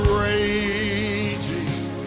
raging